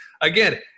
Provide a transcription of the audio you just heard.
Again